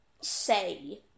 say